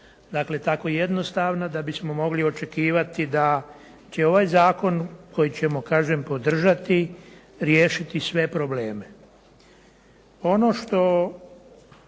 stvar tako jednostavna da bismo mogli očekivati da će ovaj zakon koji ćemo kažem podržati, tiještiti sve probleme Ono što